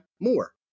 More